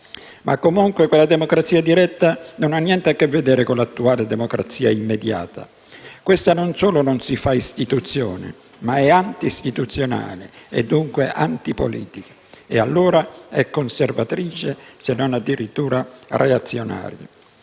Ma comunque quella democrazia diretta non ha niente a che vedere con l'attuale democrazia immediata. Questa non solo non si fa istituzione, ma è antistituzionale e dunque antipolitica e allora è conservatrice, se non addirittura reazionaria.